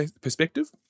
perspective